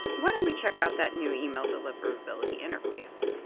why don't we check out that new email deliverability interface?